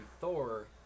Thor